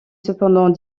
cependant